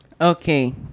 okay